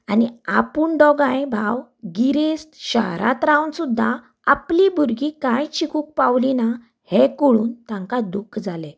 आनी आपूण दोगाय भाव गिरेस्त शाहरांत रावन सुद्दां आपलीं भुरगीं कांयच शिकूंक पावलीं ना हें आयकून तांकां दुख्ख जालें